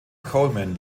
coleman